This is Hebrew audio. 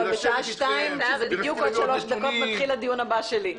אבל בשעה 14:00 שזה בדיוק בעוד שלוש דקות מתחיל הדיון הבא שלי.